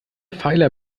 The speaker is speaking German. pfeiler